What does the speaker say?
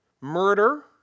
murder